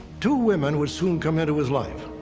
two women would soon come into his life.